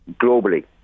globally